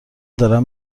دارم